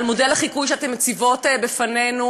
על מודל החיקוי שאתן מציבות בפנינו.